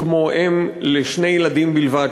כמו אם לשני ילדים בלבד,